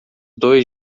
dois